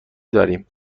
داریم